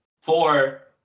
Four